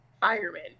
Fireman